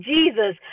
Jesus